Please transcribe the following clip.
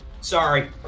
Sorry